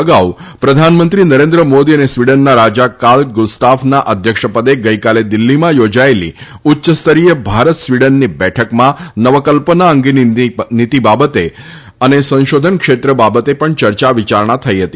અગાઉ પ્રધાનમંત્રી નરેન્દ્ર મોદી અને સ્વીડનના રાજા કાર્લ ગુસ્તાફના અધ્યક્ષ પદે ગઇકાલે દિલ્ફીમાં થોજાયેલી ઉચ્યસ્તરીય ભારત સ્વીડનની બેઠકમાં નવકલ્પના અંગેની નીતી બાબતે તથા સંશોધન ક્ષેત્ર અંગે પણ ચર્ચા વિચારણા થઇ હતી